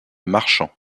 marchands